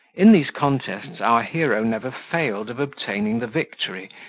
in these contests our hero never failed of obtaining the victory,